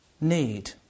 need